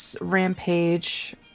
rampage